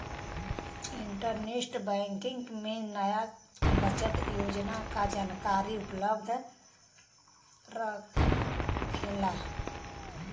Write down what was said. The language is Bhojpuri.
इंटरनेट बैंकिंग में नया बचत योजना क जानकारी उपलब्ध रहेला